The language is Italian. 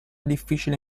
difficile